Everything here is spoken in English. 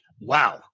wow